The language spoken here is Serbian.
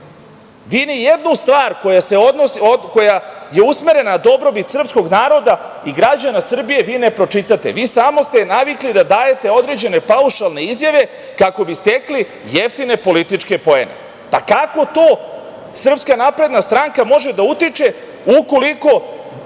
vi ni jednu stvar koja je usmerena na dobrobit srpskog naroda i građana Srbije, vi ne pročitate. Vi ste samo navikli da dajete određene paušalne izjave kako bi stekli jeftine političke poene. Pa, kako to SNS može da utiče ukoliko